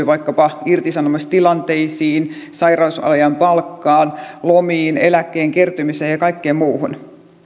vaikkapa irtisanomistilanteisiin sairausajan palkkaan lomiin eläkkeen kertymiseen ja kaikkeen muuhun